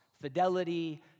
fidelity